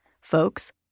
folks